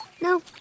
No